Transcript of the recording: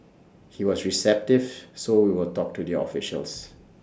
he was receptive so we will talk to the officials